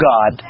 God